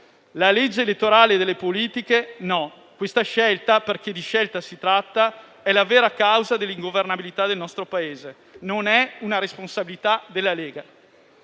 la legge elettorale delle consultazioni politiche non lo fa. Questa scelta - perché di scelta si tratta - è la vera causa dell'ingovernabilità del nostro Paese e non è una responsabilità della Lega.